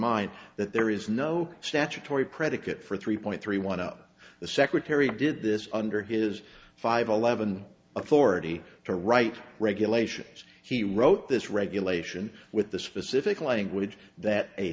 mind that there is no statutory predicate for three point three one up the secretary did this under his five eleven authority to write regulations he wrote this regulation with the specific language that a